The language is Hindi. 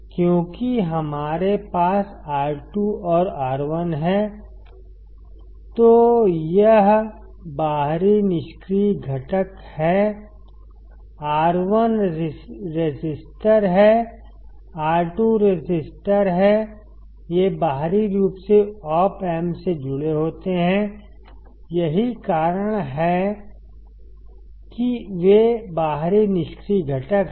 क्योंकि हमारे पास R2 और R1 है तो यह बाहरी निष्क्रिय घटक है R1 रेसिस्टर है R2 रेसिस्टर है ये बाहरी रूप से Op amp से जुड़े होते हैं यही कारण है कि वे बाहरी निष्क्रिय घटक हैं